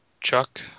Chuck